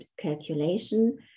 calculation